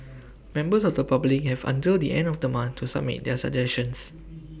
members of the public have until the end of the month to submit their suggestions